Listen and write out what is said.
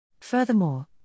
Furthermore